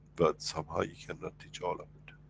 but somehow you cannot teach all of it.